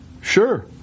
Sure